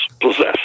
possessed